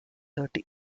thirty